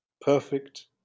perfect